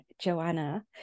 Joanna